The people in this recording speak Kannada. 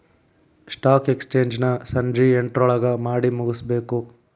ಸ್ಟಾಕ್ ಎಕ್ಸ್ಚೇಂಜ್ ನ ಸಂಜಿ ಎಂಟ್ರೊಳಗಮಾಡಿಮುಗ್ಸ್ಬೇಕು